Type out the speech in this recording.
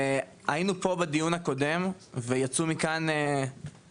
והיינו כאן בדיון הקודם ויצאו מכאן אנשים עם